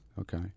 Okay